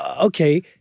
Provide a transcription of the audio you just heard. okay